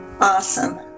Awesome